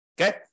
okay